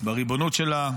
בריבונות שלה.